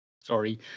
Sorry